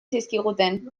zizkiguten